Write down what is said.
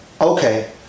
okay